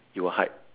you will hide